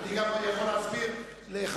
אני קובע שתקציב סבסוד אשראי ל-2009 אושר.